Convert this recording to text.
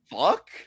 fuck